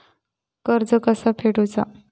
कर्ज कसा फेडुचा?